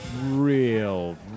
real